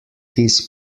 his